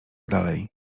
dalej